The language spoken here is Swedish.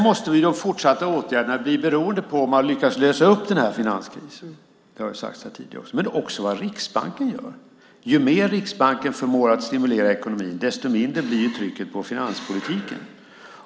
Vad de fortsatta åtgärderna blir beror på om man lyckas lösa upp finanskrisen men det beror också på vad Riksbanken gör. Detta har sagts tidigare. Ju mer Riksbanken förmår stimulera ekonomin, desto mindre blir trycket på finanspolitiken.